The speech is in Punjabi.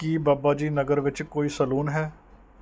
ਕੀ ਬਾਬਾ ਜੀ ਨਗਰ ਵਿੱਚ ਕੋਈ ਸੈਲੂਨ ਹੈ